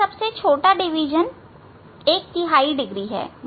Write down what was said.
एक सबसे छोटा डिवीजन एक तिहाई डिग्री है